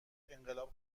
انقلاب